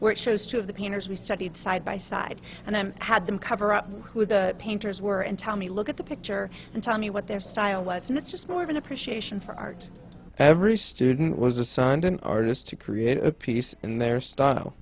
where it shows two of the painters we studied side by side and i had them cover up who the painters were and tell me look at the picture and tell me what their style was not just more of an appreciation for art every student was assigned an artist to create a piece in their style